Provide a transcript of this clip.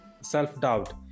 self-doubt